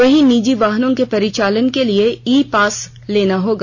वहीं निजी वाहनों के परिचालन के लिए ई पास लेना होगा